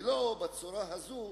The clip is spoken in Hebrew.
ולא בצורה הזאת,